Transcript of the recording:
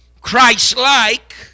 Christ-like